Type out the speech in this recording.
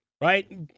Right